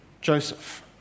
Joseph